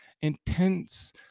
intense